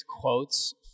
quotes